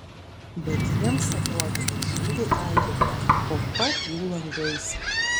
bet jiems atrodė kad šūviai aidi po pat jų langais